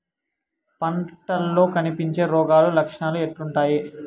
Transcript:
పంటల్లో కనిపించే రోగాలు లక్షణాలు ఎట్లుంటాయి?